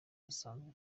dusanzwe